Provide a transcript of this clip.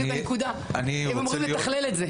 זו בדיוק הנקודה, הם אמורים לתכלל את זה.